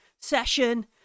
session